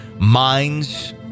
minds